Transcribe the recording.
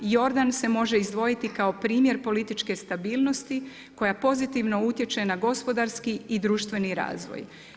Jordan se može izdvojiti kao primjer političke stabilnosti koja pozitivno utječe na gospodarski i društveni razvoj.